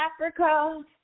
Africa